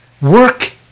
Work